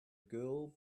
girl